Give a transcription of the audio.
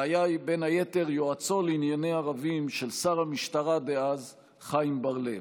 והיה בין היתר יועצו לענייני ערבים של שר המשטרה דאז חיים בר-לב.